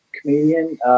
comedian